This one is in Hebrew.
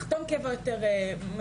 לחתום קבע באופן יותר משמעותי.